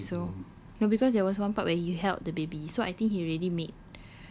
no I don't think so no because there was one part where he held the baby so I think he already make